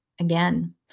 Again